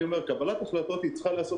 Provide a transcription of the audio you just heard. אני אומר שקבלת החלטות צריכה להיעשות